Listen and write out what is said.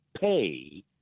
pay